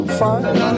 fine